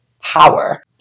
power